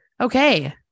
okay